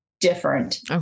different